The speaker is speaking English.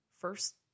first